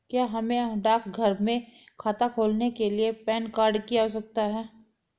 क्या हमें डाकघर में खाता खोलने के लिए पैन कार्ड की आवश्यकता है?